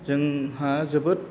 जोंहा जोबोद